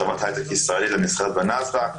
חברת הייטק ישראלית שנסחרת בנאסד"ק,